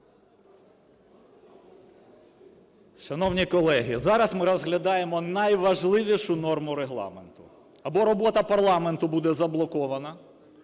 Шановні колеги, зараз ми розглядаємо найважливішу норму Регламенту – або робота парламенту буде заблокована,